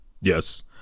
Yes